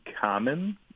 common